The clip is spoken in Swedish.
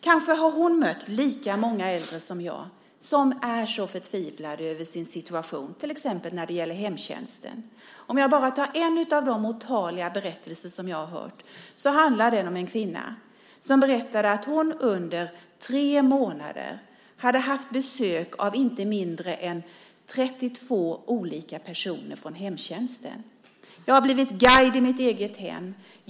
Kanske har hon mött lika många äldre som jag som är förtvivlade över sin situation, till exempel när det gäller hemtjänsten. Jag kan bara ta en av de otaliga berättelser som jag hört. Det är en kvinna som berättade att hon under tre månader hade haft besök av inte mindre än 32 olika personer från hemtjänsten. Hon sade: Jag har blivit guide i mitt eget hem.